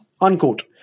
Unquote